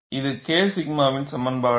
இது K 𝛔 வின் சமன்பாடு